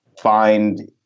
find